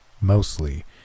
Mostly